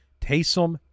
Taysom